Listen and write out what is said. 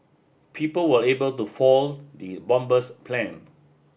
people were able to fall the bomber's plan